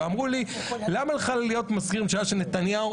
ואמרו לי: למה לך להיות מזכיר ממשלה של נתניהו?